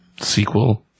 Sequel